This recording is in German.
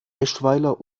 eschweiler